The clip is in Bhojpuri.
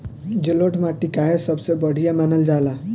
जलोड़ माटी काहे सबसे बढ़िया मानल जाला?